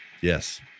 Yes